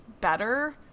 better